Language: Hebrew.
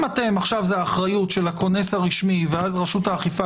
אם זאת האחריות של הכונס הרשמי ואז רשות האכיפה